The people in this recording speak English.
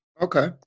Okay